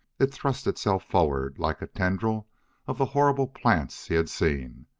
it thrust itself forward like a tendril of the horrible plants he had seen.